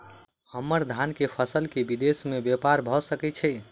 हम्मर धान केँ फसल केँ विदेश मे ब्यपार भऽ सकै छै?